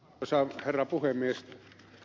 arvoisa herra puhemies